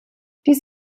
dies